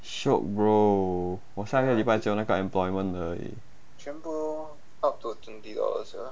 shiok bro 我下个礼拜交那个 employment 的而已